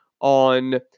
on